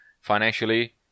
financially